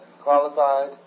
qualified